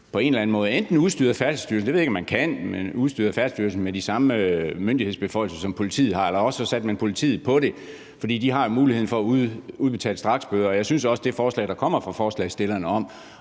på en eller anden måde enten udstyrede Færdselsstyrelsen – det ved jeg ikke om man kan – med de samme myndighedsbeføjelser, som politiet har, eller også satte man politiet på det, for de har mulighed for at udstede straksbøder. Jeg synes også, at det forslag, der kommer fra forslagsstillerne, om